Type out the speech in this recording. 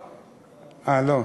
אה, לא.